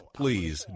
please